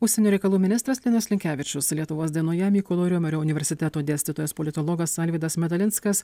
užsienio reikalų ministras linas linkevičius lietuvos dienoje mykolo riomerio universiteto dėstytojas politologas alvydas medalinskas